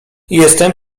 jestem